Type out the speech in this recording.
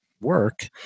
work